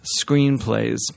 screenplays